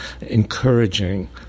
encouraging